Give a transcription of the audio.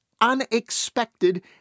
unexpected